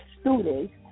students